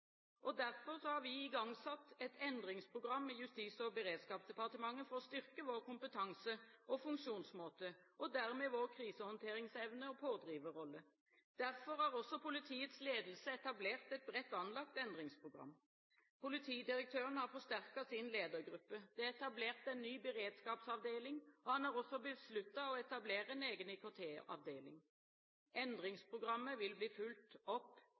holdninger». Derfor har vi igangsatt et endringsprogram i Justis- og beredskapsdepartementet for å styrke vår kompetanse og funksjonsmåte og dermed vår krisehåndteringsevne og pådriverrolle. Derfor har også politiets ledelse etablert et bredt anlagt endringsprogram. Politidirektøren har forsterket sin ledergruppe. Det er etablert en ny beredskapsavdeling, og han har også besluttet å etablere en egen IKT-avdeling. Endringsprogrammet vil bli fulgt tett opp